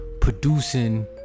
producing